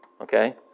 okay